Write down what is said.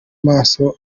amaso